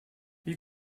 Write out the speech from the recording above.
wie